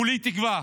כולי תקווה